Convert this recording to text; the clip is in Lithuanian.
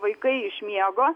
vaikai iš miego